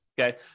okay